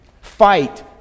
Fight